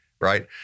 right